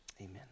amen